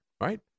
right